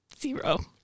Zero